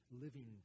living